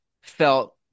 felt